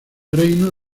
reino